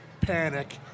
panic